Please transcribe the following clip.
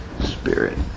Spirit